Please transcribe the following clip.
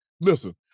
Listen